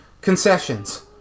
concessions